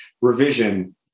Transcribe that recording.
revision